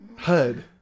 Hud